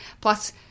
plus